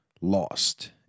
Lost